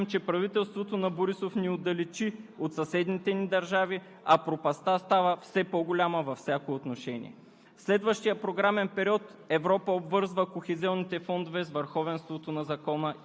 БСП има основна роля в приемането на България в Европейския съюз, затова не можем да приемем, че правителството на Борисов ни отдалечи от съседните ни държави, а пропастта става все по-голяма във всяко отношение.